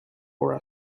for